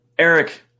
Eric